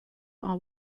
are